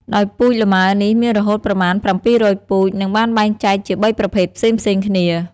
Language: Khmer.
ដោយពូជលម៉ើនេះ មានរហូតប្រមាណ ៧០០ពូជ និងបានចែងចែកជា ៣ប្រភេទ ផ្សេងៗគ្នា។